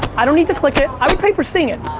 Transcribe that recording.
i don't need to click it, i would pay for seeing it.